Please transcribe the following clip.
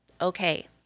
Okay